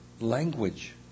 language